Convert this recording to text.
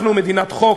אנחנו מדינת חוק,